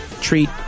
treat